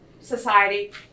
society